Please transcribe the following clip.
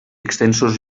extensos